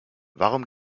warum